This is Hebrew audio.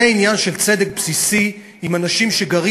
זה עניין של צדק בסיסי עם אנשים שגרים